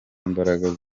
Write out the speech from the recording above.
imbaraga